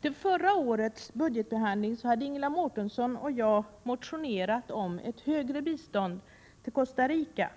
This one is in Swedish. Till förra årets budgetbehandling hade Ingela Mårtensson och jag motionerat om ett högre bistånd till Costa Rica